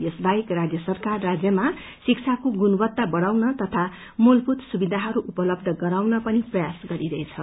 यस बाहेक राज्य सरकार राजयमा शिक्षाको गुणवत्ता बढ़ाउन तथा मूलभूत सुविधाहरू उपलब्य गराउन पनि प्रयास गरिरहेछ